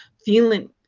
feeling